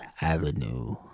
Avenue